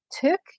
took